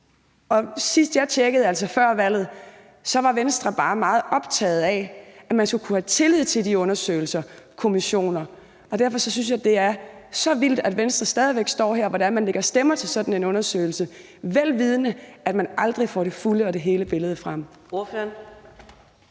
altså før valget, var Venstre bare meget optaget af, at man skulle kunne have tillid til de undersøgelser og kommissioner. Derfor synes jeg, det er så vildt, at Venstre stadig væk står her og lægger stemmer til sådan en undersøgelse, vel vidende at man aldrig får det fulde og det hele billede frem.